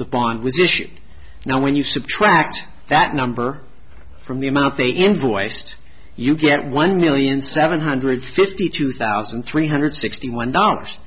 the bond was issued now when you subtract that number from the amount they invoiced you get one million seven hundred fifty two thousand three hundred sixty one dollars